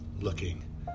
looking